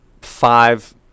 five